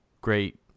great